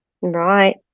Right